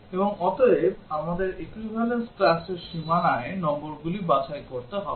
এবং অতএব আমাদের equivalence classর সীমানায় নম্বরগুলি বাছাই করতে হবে